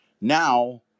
Now